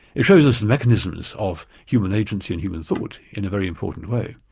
it shows us the mechanisms of human agency and human thought, in a very important way,